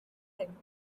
him